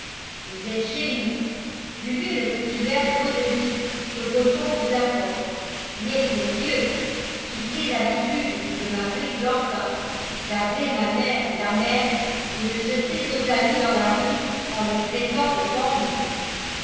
vous êtes chez nous buvez le petit verre d'eau-de-vie que gothon vous apporte mais pour dieu quittez l'habitude de m'appeler clampin d'appeler ma mère la mère et de jeter nos amis dans la rue en les traitant de pandours